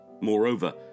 Moreover